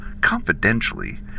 Confidentially